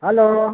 hello